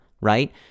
right